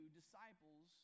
disciples